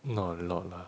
not a lot lah